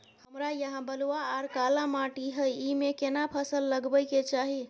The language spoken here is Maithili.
हमरा यहाँ बलूआ आर काला माटी हय ईमे केना फसल लगबै के चाही?